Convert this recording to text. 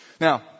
Now